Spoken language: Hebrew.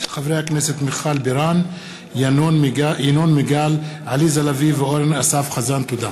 תודה.